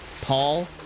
paul